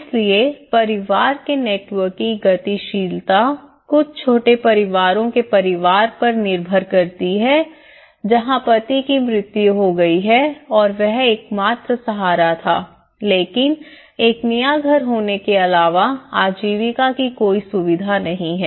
इसलिए परिवार के नेटवर्क की गतिशीलता कुछ छोटे परिवारों के परिवार पर निर्भर करती है जहां पति की मृत्यु हो गई और वह एकमात्र सहारा था लेकिन एक नया घर होने के अलावा आजीविका की कोई सुविधा नहीं है